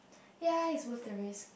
ya it's worth the risk